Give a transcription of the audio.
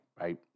right